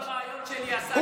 כל ריאיון שלי עסק, קריב.